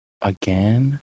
Again